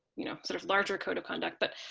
you know, sort of larger code of conduct, but